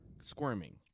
squirming